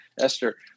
Esther